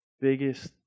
biggest